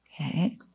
Okay